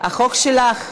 החוק שלך.